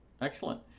excellent